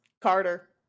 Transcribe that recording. Carter